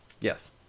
Yes